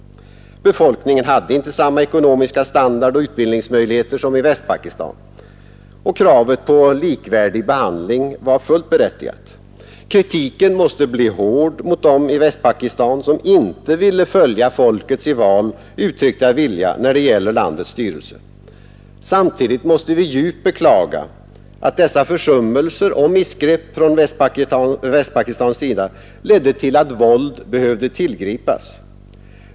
Befolkningen hade inte samma ekonomiska standard och utbildningsmöjligheter som i Västpakistan, och kravet på likvärdig behandling var fullt berättigat. Kritiken måste bli hård mot dem i Västpakistan som inte ville följa folkets i val uttryckta vilja när det gällde landets styrelse. Samtidigt måste vi djupt beklaga att dessa försummelser och missgrepp från Västpakistans sida ledde till att våld behövde tillgripas.